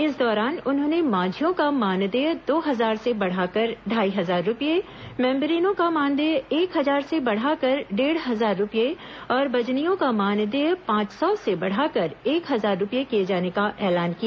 इस दौरान उन्होंने मांझियों का मानदेय दो हजार से बढ़ाकर ढाई हजार रूपए मेम्बरिनों का मानदेय एक हजार से बढ़ाकर डेढ़ हजार रूपए और बजनियों का मानदेय पांच सौ से बढ़ाकर एक हजार रूपए किए जाने का ऐलान किया